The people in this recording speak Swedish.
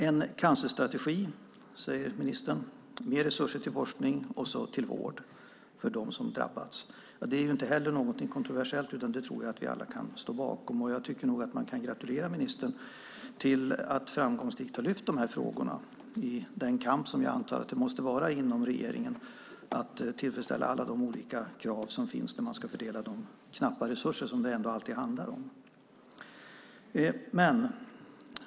En cancerstrategi och mer resurser till forskning och till vård för dem som drabbats, säger ministern. Det är inte heller någonting kontroversiellt, utan det tror jag att vi alla kan stå bakom. Jag tycker nog att man kan gratulera ministern till att framgångsrikt ha lyft fram de här frågorna i den kamp som jag antar att det måste vara inom regeringen att tillfredsställa alla de olika krav som finns när man ska fördela de knappa resurser som det ändå alltid handlar om.